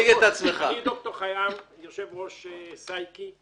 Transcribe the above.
יש לחיים ילין זכות דיבור במליאה ורשומה לו הסתייגויות.